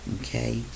okay